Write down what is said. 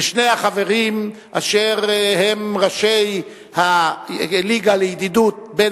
ושני החברים אשר הם ראשי הליגה לידידות בין